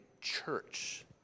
church